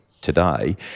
today